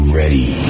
ready